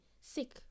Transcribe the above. sick